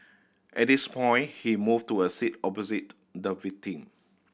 at this point he moved to a seat opposite the victim